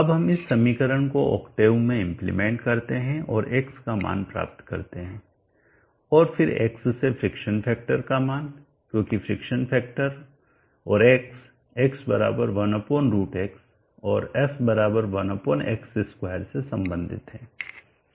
अब हम इस समीकरण को ओक्टेव में इम्प्लेमेंट करते हैं और x का मान प्राप्त करते हैं और फिर x से फ्रिक्शन फैक्टर का मान क्योंकि फ्रिक्शन फैक्टर और x x 1√x और f 1x2 से संबंधित हैं